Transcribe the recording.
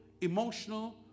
emotional